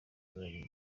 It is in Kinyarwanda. abaturage